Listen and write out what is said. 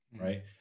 Right